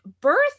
birth